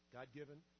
God-given